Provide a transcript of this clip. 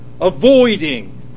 avoiding